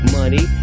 money